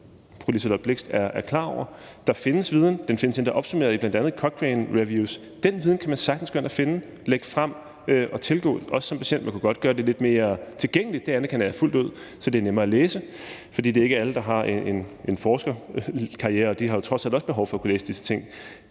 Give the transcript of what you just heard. fru Liselott Blixt er klar over. Der findes viden – den findes endda opsummeret i bl.a. Cochrane Reviews. Den viden kan man sagtens gå ind og finde, lægge frem og tilgå, også som patient. Man kunne godt gøre det lidt mere tilgængeligt, det anerkender jeg fuldt ud, så det er nemmere at læse, for det er ikke alle, der har en forskerkarriere, og de har jo trods alt også behov for at kunne læse disse ting.